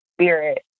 spirit